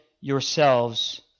yourselves